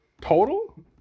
Total